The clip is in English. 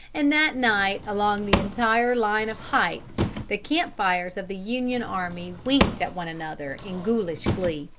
and that night along the entire line of heights the camp-fires of the union army winked at one another in ghoulish glee.